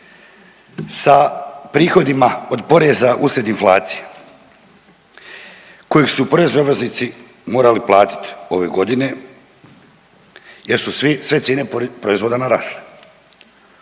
sa prihodima od poreza uslijed inflacije kojeg su porezni obveznici morali platiti ove godine jer su sve cijene proizvoda narasle.